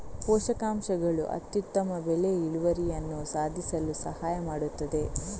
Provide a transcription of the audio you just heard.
ಪೋಷಕಾಂಶಗಳು ಅತ್ಯುತ್ತಮ ಬೆಳೆ ಇಳುವರಿಯನ್ನು ಸಾಧಿಸಲು ಸಹಾಯ ಮಾಡುತ್ತದೆ